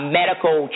medical